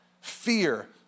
fear